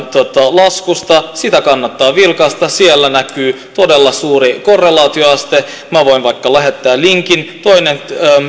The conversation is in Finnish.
laskusta sitä kannattaa vilkaista siellä näkyy todella suuri korrelaatioaste minä voin vaikka lähettää linkin toinen